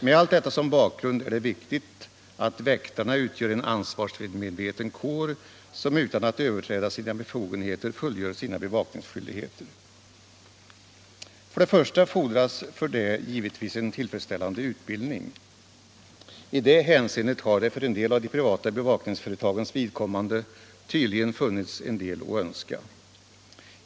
Med allt detta som bakgrund är det viktigt att väktarna utgör en ansvarsmedveten kår som utan att överträda sina befogenheter fullgör sina bevakningsskyldigheter. Härför fordras främst givetvis tillfredsställande utbildning. I det hänseendet har det för en del av de privata bevakningsföretagens vidkommande tydligen funnits en del att önska.